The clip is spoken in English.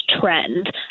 trend